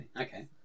Okay